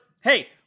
Hey